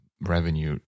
revenue